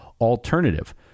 alternative